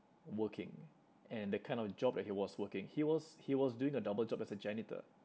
working and the kind of job that he was working he was he was doing a double job as a janitor